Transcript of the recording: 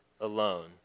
alone